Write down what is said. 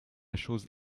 chose